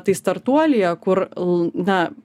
tai startuolyje kur na